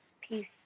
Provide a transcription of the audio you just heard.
peace